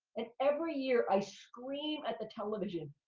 and every year, i scream at the television,